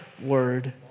word